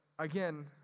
Again